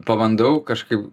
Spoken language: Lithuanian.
pabandau kažkaip